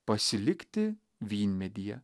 pasilikti vynmedyje